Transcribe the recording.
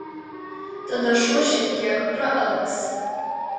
tada šuo šiek tiek praalks